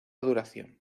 duración